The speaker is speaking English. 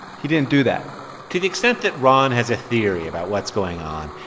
he didn't do that to the extent that ron has a theory about what's going on,